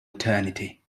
eternity